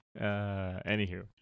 Anywho